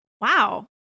Wow